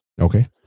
Okay